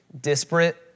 disparate